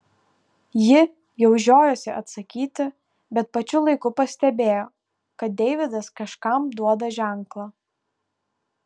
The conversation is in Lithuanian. ji jau žiojosi atsakyti bet pačiu laiku pastebėjo kad deividas kažkam duoda ženklą